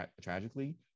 tragically